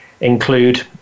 include